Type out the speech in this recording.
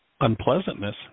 unpleasantness